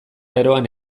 eroan